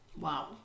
Wow